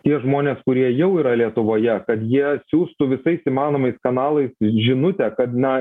tie žmonės kurie jau yra lietuvoje kad jie siųstų visais įmanomais kanalais žinutę kad na